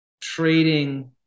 trading